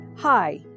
hi